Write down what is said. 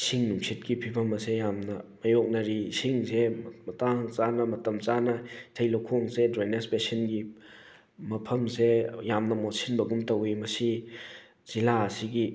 ꯏꯁꯤꯡ ꯅꯨꯡꯁꯤꯠꯀꯤ ꯐꯤꯕꯝ ꯑꯁꯦ ꯌꯥꯝꯅ ꯃꯥꯏꯌꯣꯛꯅꯔꯤ ꯏꯁꯤꯡꯁꯦ ꯃꯇꯥꯡ ꯆꯥꯅ ꯃꯇꯝ ꯆꯥꯅ ꯏꯊꯩ ꯂꯧꯈꯣꯡꯁꯦ ꯗ꯭ꯔꯦꯅꯦꯖ ꯄꯦꯁꯟꯒꯤ ꯃꯐꯝꯁꯦ ꯌꯥꯝꯅ ꯃꯣꯠꯁꯤꯟꯕꯒꯨꯝ ꯌꯧꯋꯤ ꯃꯁꯤ ꯖꯤꯜꯂꯥ ꯑꯁꯤꯒꯤ